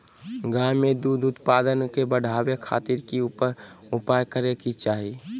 गाय में दूध उत्पादन के बढ़ावे खातिर की उपाय करें कि चाही?